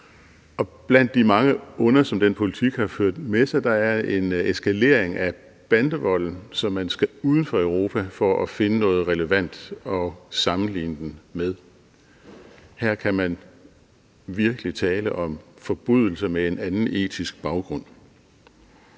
blandt de mange onder, som den politik har ført med sig, er en eskalering af bandevolden, som man skal uden for Europa for at finde noget relevant at sammenligne den med. Her kan man virkelig tale om forbrydelser med en anden etisk baggrund.